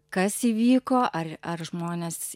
kas įvyko ar ar žmonės